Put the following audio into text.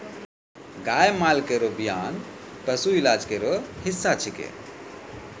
गाय माल केरो बियान पशु इलाज केरो हिस्सा छिकै